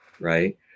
right